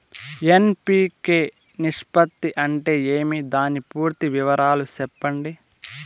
NPK నిష్పత్తి అంటే ఏమి దాని పూర్తి వివరాలు సెప్పండి?